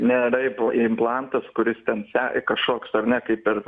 ne raipo implantas kuris ten se kažkoks ar ne kaip per